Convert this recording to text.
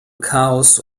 chaos